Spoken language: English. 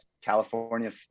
California